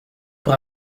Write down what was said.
pour